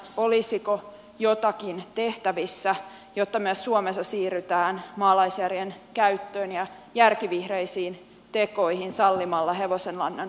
olisiko jotakin tehtävissä jotta myös suomessa siirrytään maalaisjärjen käyttöön ja järkivihreisiin tekoihin sallimalla hevosenlannan poltto energiaksi